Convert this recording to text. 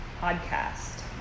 podcast